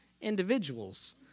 individuals